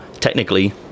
Technically